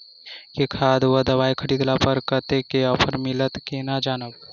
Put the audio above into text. केँ खाद वा दवाई खरीदला पर कतेक केँ ऑफर मिलत केना जानब?